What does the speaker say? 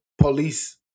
police